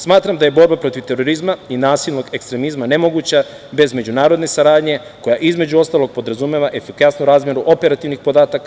Smatram da je borba protiv terorizma i nasilnog ekstremizma nemoguća bez međunarodne saradnje koja, između ostalog, podrazumeva efikasnu razmenu operativnih podataka.